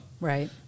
right